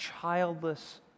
childless